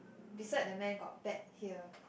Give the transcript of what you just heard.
beside the man got bet here